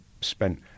spent